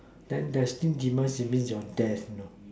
then destine demise is means your death you know